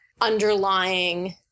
underlying